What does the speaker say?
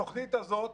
התוכנית הזאת,